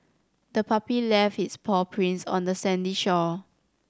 the puppy left its paw prints on the sandy shore